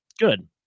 Good